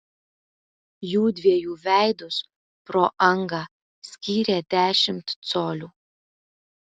jųdviejų veidus pro angą skyrė dešimt colių